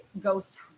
ghost